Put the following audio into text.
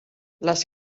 les